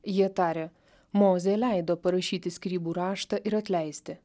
jie tarė mozė leido parašyti skyrybų raštą ir atleisti